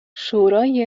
شورای